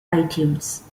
itunes